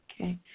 Okay